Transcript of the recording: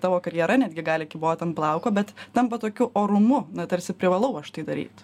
tavo karjera netgi gali kybot ant plauko bet tampa tokiu orumu tarsi privalau aš tai daryt